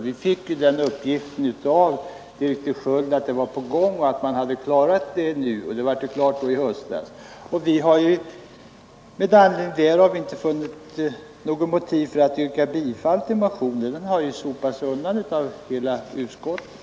Vi fick av direktör Sköld reda på att detta var på gång och att man hade klarat av det hela nu i höst. Med anledning därav har vi inte funnit något motiv för att yrka bifall till motionen, och den har ju också sopats undan av hela utskottet.